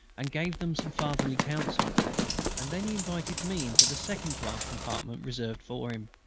and gave them some fatherly counsel and then he invited me into the second-class compartment reserved for him.